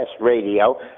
radio